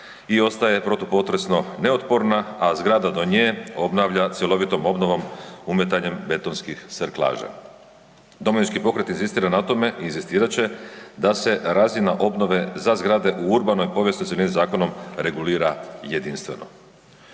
i ostaje protupotresno neotporna, a zgrada do nje obnavlja cjelovitom obnovom umetanjem betonskih serklaža. Domovinski pokret inzistira na tome i inzistirat će da se razina obnove za zgrade u urbano povijesnoj cjelini zakonom regulira jedinstveno.